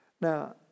now